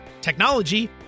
technology